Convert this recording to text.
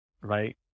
right